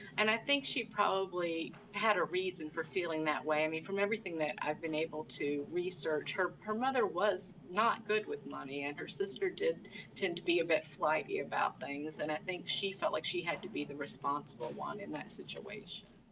and i think she probably had a reason for feeling that way. i mean, from everything that i've been able to research, her her mother was not good with money, and her sister did tend to be a bit flighty about things. and i think she felt like she had to be the responsible one in that situation.